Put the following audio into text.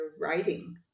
writing